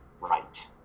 right